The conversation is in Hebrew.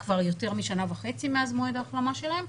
כבר יותר משנה וחצי מאז מועד ההחלמה שלהם,